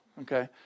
Okay